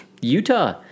Utah